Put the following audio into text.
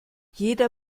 jeder